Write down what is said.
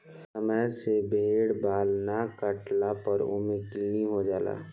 समय से भेड़ बाल ना काटला पर ओमे किलनी हो जाला